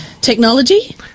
Technology